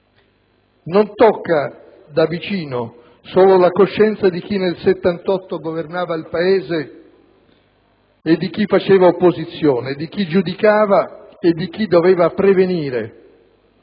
Non tocca da vicino solo la coscienza di chi nel 1978 governava il Paese e di chi faceva opposizione, di chi giudicava e di chi doveva prevenire,